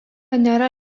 nėra